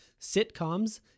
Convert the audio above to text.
sitcoms